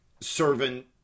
servant